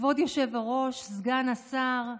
כבוד היושב-ראש, סגן השר,